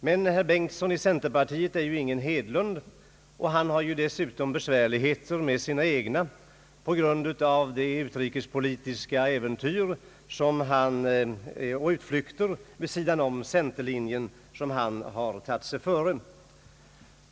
Men herr Bengtson i centerpartiet är ju ingen Hedlund, och han har dessutom besvärligheter med sina egna på grund av de utrikespolitiska äventyr och utflykter vid sidan av centerlinjen som han har tagit sig före.